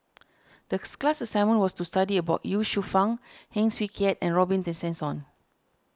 decks class assignment was to study about Ye Shufang Heng Swee Keat and Robin Tessensohn